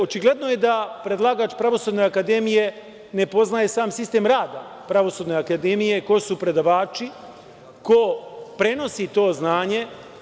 Očigledno je da predlagač Pravosudne akademije ne poznaje sam sistem rada Pravosudne akademije, ko su predavači, ko prenosi to znanje.